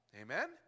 Amen